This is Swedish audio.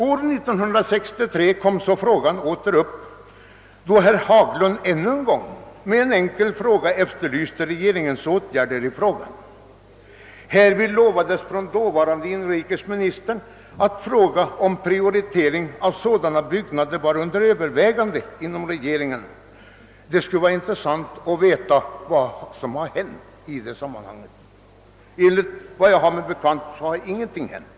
År 1963 kom frågan åter upp då herr Haglund i en enkel fråga ännu en gång efterlyste regeringens åtgärder. Inrikesministern sade då att frågan om prioriteringar var under övervägande inom regeringen. Det skulle vara intressant att veta vad som hänt i detta sammanhang. Enligt vad jag har mig bekant har ingenting hänt.